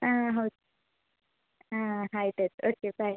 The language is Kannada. ಹಾಂ ಹೌದು ಹಾಂ ಆಯ್ತು ಆಯಿತು ಓಕೆ ಬಾಯ್